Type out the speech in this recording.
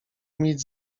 mieć